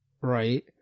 right